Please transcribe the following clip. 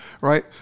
right